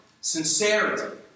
Sincerity